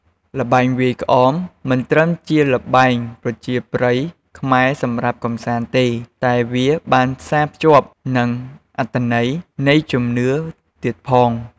ល្បែងវាយក្អម មិនត្រឹមជាល្បែងប្រជាប្រិយខ្មែរសម្រាប់កម្សាន្តទេ តែវាបានផ្សារភ្ជាប់នឹងអត្ថន័យនៃជំនឿទៀតផង។